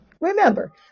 Remember